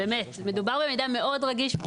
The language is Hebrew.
מדובר במידע מאוד סודי ורגיש,